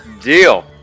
Deal